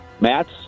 Matt's